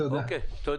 תודה.